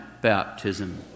baptism